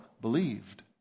believed